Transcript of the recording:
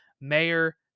Mayor